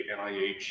NIH